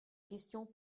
question